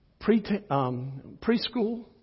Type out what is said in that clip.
preschool